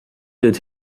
did